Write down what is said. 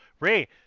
Ray